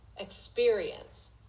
experience